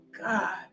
God